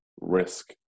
risk